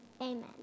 Amen